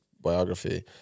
biography